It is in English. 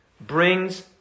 brings